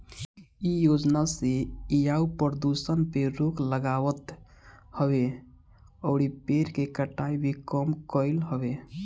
इ योजना से वायु प्रदुषण पे रोक लागत हवे अउरी पेड़ के कटाई भी कम भइल हवे